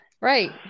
Right